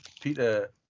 Peter